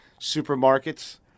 supermarkets